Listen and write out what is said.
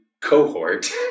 cohort